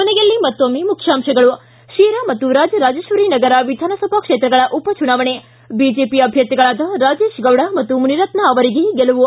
ಕೊನೆಯಲ್ಲಿ ಮತ್ತೊಮ್ಮೆ ಮುಖ್ಯಾಂಶಗಳು ಿ ಶಿರಾ ಮತ್ತು ರಾಜರಾಜೇಶ್ವರಿ ನಗರ ವಿಧಾನಸಭಾ ಕ್ಷೇತ್ರಗಳ ಉಪಚುನಾವಣೆ ಬಿಜೆಪಿ ಅಭ್ಯರ್ಥಿಗಳಾದ ರಾಜೇಶ್ಗೌಡ ಮತ್ತು ಮುನಿರತ್ನ ಅವರಿಗೆ ಗೆಲುವು